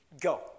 go